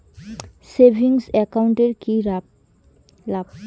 Savings account এর কি লাভ?